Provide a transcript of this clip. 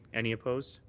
any opposed.